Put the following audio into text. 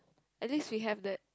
at least we have that